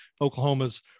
Oklahoma's